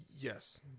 Yes